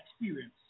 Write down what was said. experience